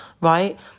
right